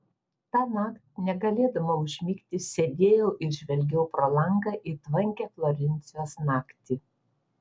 tąnakt negalėdama užmigti sėdėjau ir žvelgiau pro langą į tvankią florencijos naktį